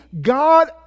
God